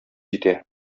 җитә